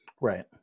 Right